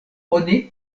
oni